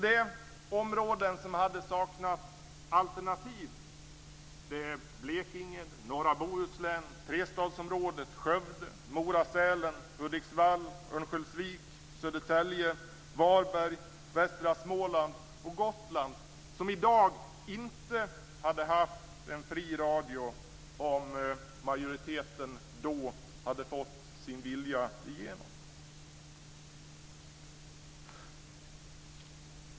De områden som då hade saknat alternativ radio är Blekinge, norra Bohuslän, trestadsområdet, Skövde, Mora-Sälen, Hudiksvall, Örnsköldsvik, Södertälje, Varberg, västra Småland och Gotland. De hade inte haft en fri radio i dag om majoriteten då hade fått sin vilja igenom.